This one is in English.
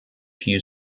few